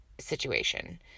situation